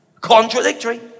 Contradictory